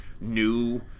new